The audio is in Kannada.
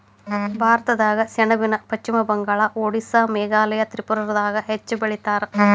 ಭಾರತದಾಗ ಸೆಣಬನ ಪಶ್ಚಿಮ ಬಂಗಾಳ, ಓಡಿಸ್ಸಾ ಮೇಘಾಲಯ ತ್ರಿಪುರಾದಾಗ ಹೆಚ್ಚ ಬೆಳಿತಾರ